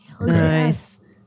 nice